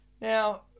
Now